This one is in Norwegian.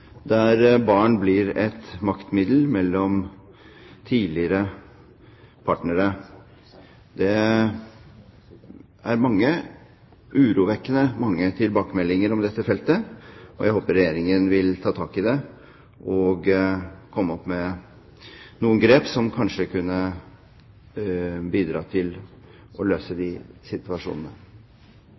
der barn blir et maktmiddel mellom tidligere partnere. Det er urovekkende mange tilbakemeldinger på dette feltet, og jeg håper Regjeringen vil ta tak i det og ta noen grep som kanskje kan bidra til å løse